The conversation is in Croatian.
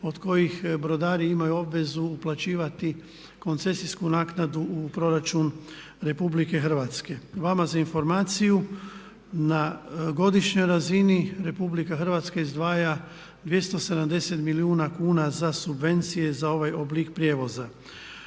od kojih brodari imaju obvezu uplaćivati koncesijsku naknadu u proračun RH. Vama za informaciju na godišnjoj razini RH izdvaja 270 milijuna kuna za subvencije za ovaj oblik prijevoza.